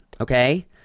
Okay